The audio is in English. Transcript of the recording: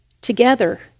together